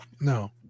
no